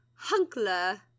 Hunkler